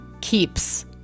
keeps